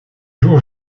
jours